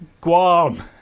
guam